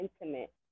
intimate